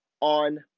on